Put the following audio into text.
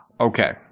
okay